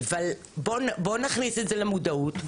אבל בואו נכניס את זה למודעות.